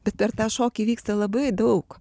bet per tą šokį vyksta labai daug